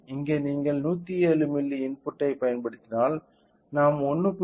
இங்கே நீங்கள் 107 மில்லி இன்புட்டைப் பயன்படுத்தினால் நாம் 1